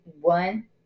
one